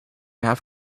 have